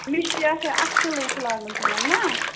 مِشی اَچھا اَتھٕ تِلے چھُ لاگُن تِمَن نا